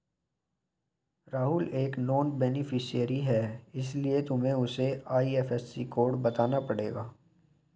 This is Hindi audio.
राहुल एक नॉन बेनिफिशियरी है इसीलिए तुम्हें उसे आई.एफ.एस.सी कोड बताना पड़ेगा